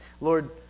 Lord